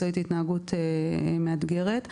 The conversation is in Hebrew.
להתנהגות מאתגרת.